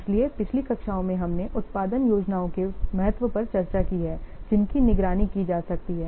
इसलिए पिछली कक्षाओं में हमने उत्पादन योजनाओं के महत्व पर चर्चा की है जिनकी निगरानी की जा सकती है